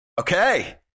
Okay